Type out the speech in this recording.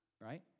right